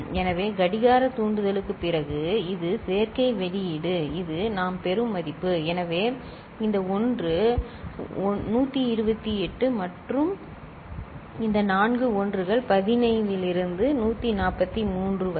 எனவே கடிகார தூண்டுதலுக்குப் பிறகு இது சேர்க்கை வெளியீடு இது நாம் பெறும் மதிப்பு எனவே இந்த 1 128 மற்றும் இந்த நான்கு 1 கள் 15 143 சரி